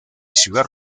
ciudad